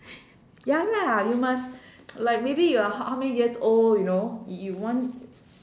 ya lah you must like maybe you are how how many years old you know you want